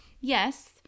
Yes